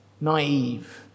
naive